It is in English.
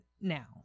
now